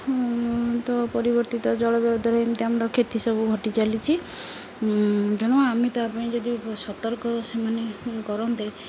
ତ ପରିବର୍ତ୍ତିତ ଜଳବାୟୁ ଦ୍ୱାରା ଏମିତି ଆମର କ୍ଷତି ସବୁ ଘଟିଚାଲିଛି ତେଣୁ ଆମେ ତା ପାଇଁ ଯଦି ସତର୍କ ସେମାନେ କରନ୍ତେ